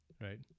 right